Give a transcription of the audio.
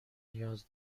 نیاز